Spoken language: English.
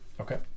Okay